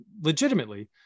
legitimately